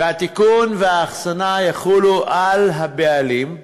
והתיקון והאחסנה יחולו על הבעלים,